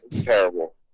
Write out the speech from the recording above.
Terrible